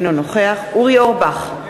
אינו נוכח אורי אורבך,